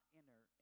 enter